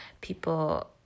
people